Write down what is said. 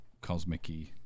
cosmic-y